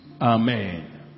Amen